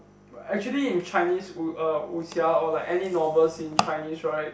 but actually in Chinese 武 uh 武俠:wuxia or like any novels in Chinese right